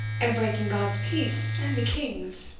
and breaking god's peace and the king's.